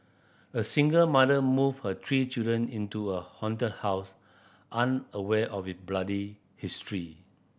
a single mother move her three children into a haunted house unaware of it bloody history